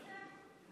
תודה על